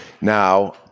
Now